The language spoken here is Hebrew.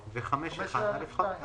ו-5(1)(א)(2).